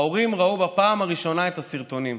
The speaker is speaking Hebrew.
ההורים ראו בפעם הראשונה את הסרטונים.